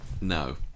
No